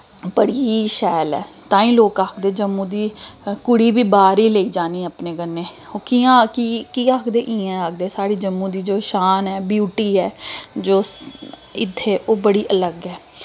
बड़ी शैल ऐ ताईं लोग आखदे जम्मू दी कुड़ी बी बाह्र ई लेई जानी अपने कन्नै ओह् कि'यां की की आखदे इ'यां आखदे साढ़े जम्मू दी जो शान ऐ ब्यूटी ऐ जो इत्थें ओह् बड़ी अलग ऐ